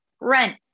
rent